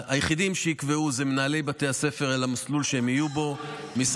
היחידים שיקבעו את המסלול שהם יהיו בו הם מנהלי בתי הספר.